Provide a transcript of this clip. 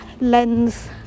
lens